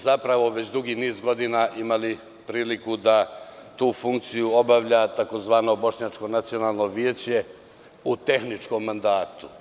Zapravo smo već dugi niz godina imali priliku da tu funkciju obavlja tzv. Bošnjačko nacionalno veće u tehničkom mandatu.